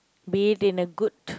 be it in a good